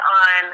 on